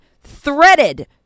threaded